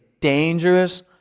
dangerous